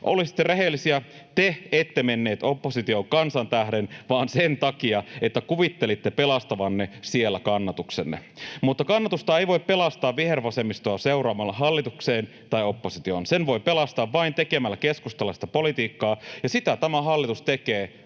Olisitte rehellisiä: te ette menneet oppositioon kansan tähden vaan sen takia, että kuvittelitte pelastavanne siellä kannatuksenne. Mutta kannatusta ei voi pelastaa vihervasemmistoa seuraamalla hallitukseen tai oppositioon, sen voi pelastaa vain tekemällä keskustalaista politiikkaa, ja sitä tämä hallitus tekee